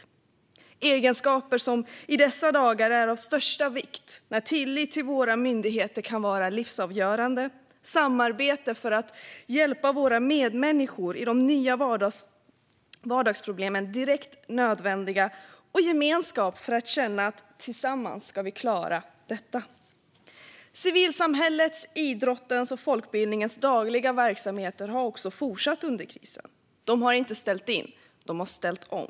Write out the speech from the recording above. Det är egenskaper som i dessa dagar är av största vikt när tillit till våra myndigheter kan vara livsavgörande, när samarbete för att hjälpa våra medmänniskor i de nya vardagsproblemen är direkt nödvändigt och när vi behöver en gemenskap för att känna att vi ska klara detta tillsammans. Civilsamhällets, idrottens och folkbildningens dagliga verksamheter har också fortsatt under krisen. De har inte ställt in; de har ställt om.